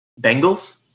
Bengals